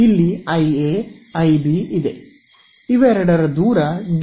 ಇಲ್ಲಿ IA IB ಇದೆ ಇವೆರಡರ ದೂರ ಡಿ